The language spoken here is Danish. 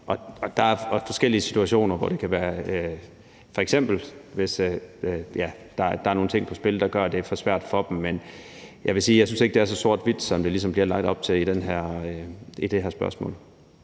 og der er forskellige situationer, hvor det kan være sådan, f.eks. hvis der er nogle ting på spil, der gør, at det er for svært for dem. Men jeg vil sige: Jeg synes ikke, det er så sort-hvidt, som der ligesom bliver lagt op til i det her spørgsmål.